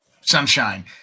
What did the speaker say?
sunshine